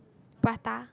prata